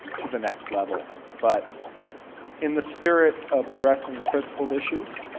to the next level. but in the spirit of addressing the principled issues,